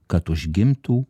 kad užgimtų